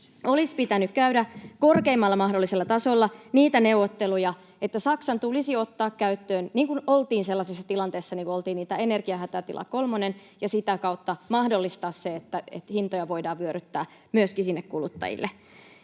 Olisi pitänyt käydä korkeimmalla mahdollisella tasolla niitä neuvotteluja, että Saksan tulisi ottaa käyttöön — kun oltiin sellaisessa tilanteessa niin kuin oltiin — tämä energiahätätila kolmonen ja sitä kautta mahdollistaa se, että hintoja voidaan vyöryttää myöskin sinne kuluttajille.